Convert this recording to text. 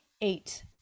Eight